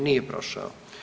Nije prošao.